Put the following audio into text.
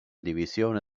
divisione